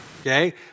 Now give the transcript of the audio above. Okay